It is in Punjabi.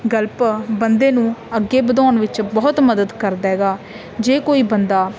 ਗਲਪ ਬੰਦੇ ਨੂੰ ਅੱਗੇ ਵਧਾਉਣ ਵਿੱਚ ਬਹੁਤ ਮਦਦ ਕਰਦਾ ਗਾ ਜੇ ਕੋਈ ਬੰਦਾ